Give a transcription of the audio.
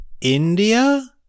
India